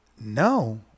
No